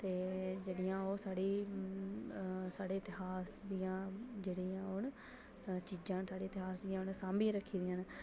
ते जेह्ड़ियां ओह् साढ़ी साढ़े इतिहास दियां जेहड़ियां न चीजां न साढ़े इतिहास दियां उ'नें सांभियै रक्खी दियां न